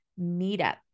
meetup